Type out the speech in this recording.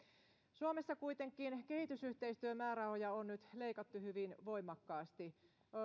suomessa kuitenkin kehitysyhteistyömäärärahoja on nyt leikattu hyvin voimakkaasti